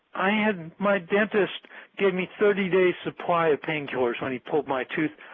and my dentist gave me thirty days of painkillers when he pulled my tooth,